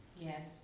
Yes